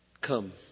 Come